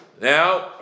Now